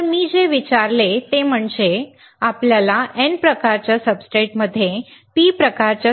तर मी जे विचारले ते म्हणजे आम्हाला N प्रकारच्या सबस्ट्रेटमध्ये P प्रकारच्या साहित्याची गरज आहे